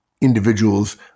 individuals